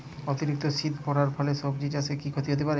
অতিরিক্ত শীত পরার ফলে সবজি চাষে কি ক্ষতি হতে পারে?